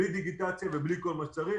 בלי דיגיטציה ובלי כל מה שצריך.